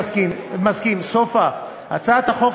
הדבר החשוב